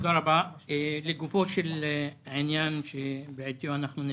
תודה רבה, לגופו של עניין שבעתיו אנחנו נפגשים,